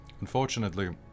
Unfortunately